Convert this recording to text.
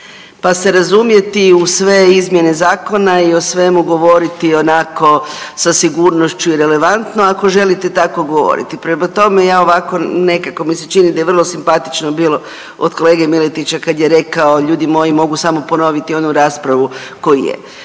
pa se razumjeti u sve izmjene zakona i o svemu govoriti onako sa sigurnošću i relevantno ako želite tako govoriti. Prema tome, ja ovako nekako mi se čini da je vrlo simpatično bilo od kolege Miletića kada je rekao ljudi moji mogu samo ponoviti onu raspravu koju je.